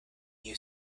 you